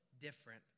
different